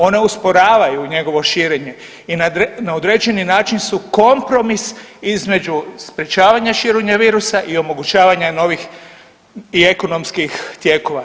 One usporavaju njegovo širenje i na određeni način su kompromis između sprječavanja širenja virusa i omogućavanja novih i ekonomskih tijekova.